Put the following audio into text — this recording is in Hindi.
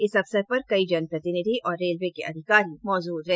इस अवसर पर कई जनप्रतिनिधि और रेलवे के अधिकारी मौजूद रहे